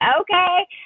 okay